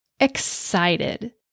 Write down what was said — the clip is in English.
excited